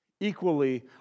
Equally